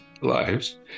lives